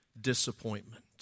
disappointment